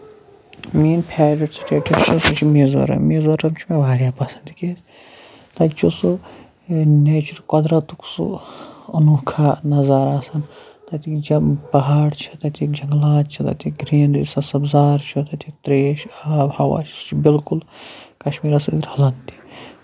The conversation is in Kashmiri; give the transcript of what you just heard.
میٲنۍ فیورِٹ سِٹیٹ یۄس چھِ سۄ چھِ مِزورَم مِزورَم چھِ مےٚ واریاہ پَسند کیازِ کہِ تَتہِ چھُ سُہ نیچرُک قۄدرَتُک سُہ اوٚنوٗکھ نَظارٕ آسان تَتہِ یِم پَہاڑ چھِ تتِکۍ جنگلات چھِ تتِچ گریٖنری سَر سَبٔزار چھُ تَتِکۍ تریش آب ہوا چھُ سُہ چھُ بِلکُل کَشمیٖرَس سۭتۍ رَلان تہِ